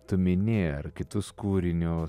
tu minėjai ar kitus kūrinius